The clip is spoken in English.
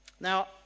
Now